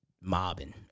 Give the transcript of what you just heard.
mobbing